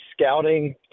scouting